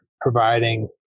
providing